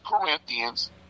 Corinthians